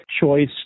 choice